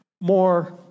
more